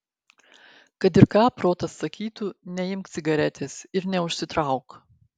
kad ir ką protas sakytų neimk cigaretės ir neužsitrauk